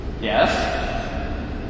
Yes